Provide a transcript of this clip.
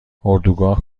اردوگاه